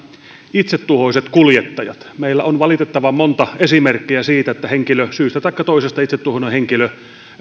itsetuhoiset kuljettajat meillä on valitettavan monta esimerkkiä siitä että itsetuhoinen henkilö syystä taikka toisesta